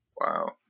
wow